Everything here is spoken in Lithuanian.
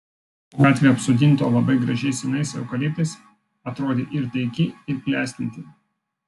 gatvė apsodinta labai gražiais senais eukaliptais atrodė ir taiki ir klestinti